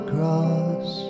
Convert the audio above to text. Cross